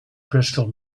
crystal